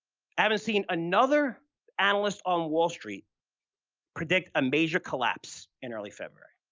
haven't seen another analyst on wall street predict a major collapse in early february,